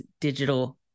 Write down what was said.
digital